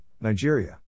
Nigeria